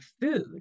food